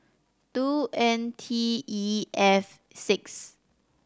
two N T E F six